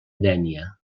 dénia